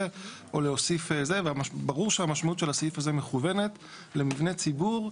צריך להיות ממש ממוקדים בנושא הזה של מבני ציבור.